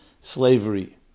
slavery